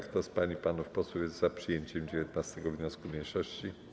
Kto z pań i panów posłów jest za przyjęciem 19. wniosku mniejszości?